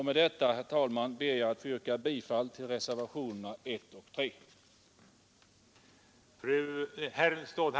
Med dessa ord, herr talman, ber jag att få yrka bifall till reservationerna 1 och 3 a.